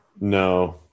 No